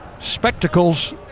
spectacles